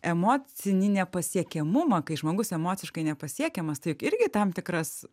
emocinį nepasiekiamumą kai žmogus emociškai nepasiekiamas tai juk irgi tam tikras